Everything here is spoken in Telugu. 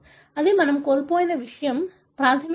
అది మనం కోల్పోయిన విషయం ప్రాథమికంగా